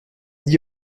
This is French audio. dit